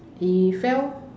he fell